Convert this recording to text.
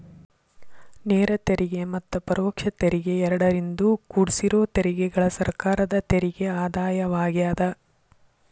ನೇರ ತೆರಿಗೆ ಮತ್ತ ಪರೋಕ್ಷ ತೆರಿಗೆ ಎರಡರಿಂದೂ ಕುಡ್ಸಿರೋ ತೆರಿಗೆಗಳ ಸರ್ಕಾರದ ತೆರಿಗೆ ಆದಾಯವಾಗ್ಯಾದ